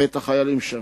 ואת החיילים שם.